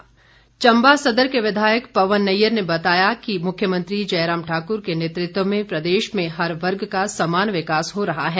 पवन नैयर चम्बा सदर के विधायक पवन नैयर ने बताया कि मुख्यमंत्री जयराम ठाक्र के नेतृत्व में प्रदेश में हर वर्ग का समान विकास हो रहा है